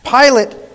Pilate